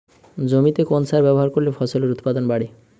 জমিতে কোন সার ব্যবহার করলে ফসলের উৎপাদন বাড়ে?